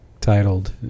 titled